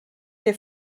què